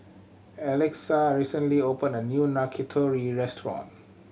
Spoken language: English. Alexa recently opened a new Yakitori restaurant